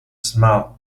smell